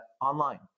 online